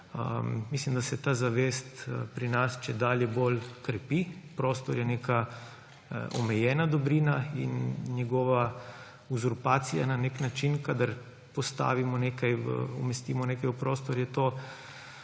mislim, da se ta zavest pri nas čedalje bolj krepi. Prostor je neka omejena dobrina in njegova uzurpacija na nek način, kadar postavimo nekaj, umestimo v prostor, je to